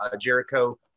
Jericho